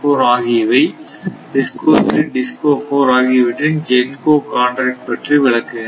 ஆகியவை DISCO 3 DISCO 4 ஆகியவற்றின் GENCO contract பற்றி விளக்குகின்றன